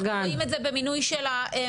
אנחנו רואים את זה במינוי של המנכ"ליות.